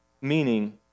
meaning